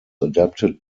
adapted